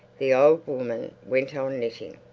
the old woman went on knitting.